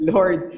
Lord